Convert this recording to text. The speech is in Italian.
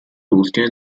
ultime